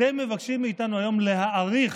אתם מבקשים מאיתנו היום להאריך,